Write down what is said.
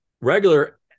regular